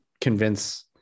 convince